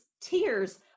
tears